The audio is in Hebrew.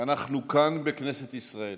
ואנחנו כאן בכנסת ישראל